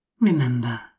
Remember